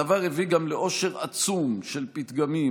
הדבר הביא גם לעושר עצום של פתגמים,